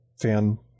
fan